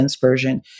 version